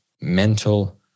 mental